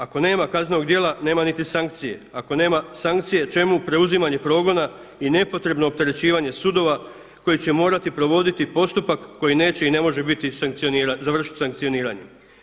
Ako nema kaznenog djela nema niti sankcije, ako nema sankcije čemu preuzimanje progona i nepotrebno opterećivanje sudova koji će morati provoditi postupak koji neće i ne može završiti sankcioniranje.